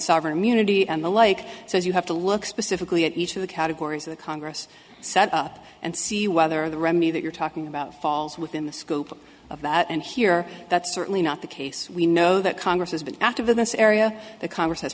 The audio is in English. sovereign immunity and the like says you have to look specifically at each of the categories that congress set up and see whether the remedy that you're talking about falls within the scope of that and here that's certainly not the case we know that congress has been active in this area the congress has